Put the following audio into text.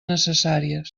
necessàries